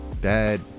bad